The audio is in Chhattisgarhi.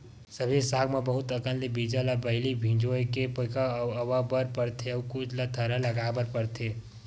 सब्जी साग म बहुत अकन के बीजा ल पहिली भिंजोय के पिका अवा बर परथे अउ कुछ ल थरहा लगाए बर परथेये